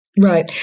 Right